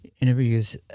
interviews